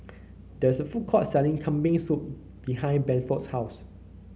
there is a food court selling Kambing Soup behind Bedford's house